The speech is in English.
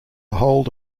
hold